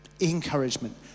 Encouragement